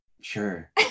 sure